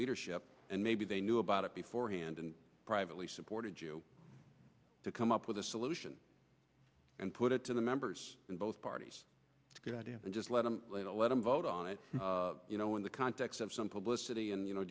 leadership and maybe they knew about it beforehand and privately supported you to come up with a solution and put it to the members in both parties and just let them to let them vote on it you know in the context of some publicity and you know